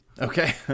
okay